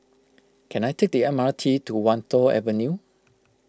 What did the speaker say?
can I take the M R T to Wan Tho Avenue